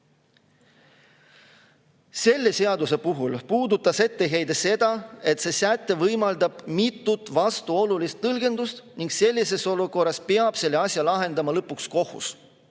Selle seaduse puhul puudutas etteheide seda, et see säte võimaldab mitut vastuolulist tõlgendust, ning sellises olukorras peab selle asja lahendama lõpuks kohus.